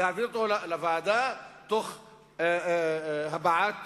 יעבור לוועדה, תוך הבעת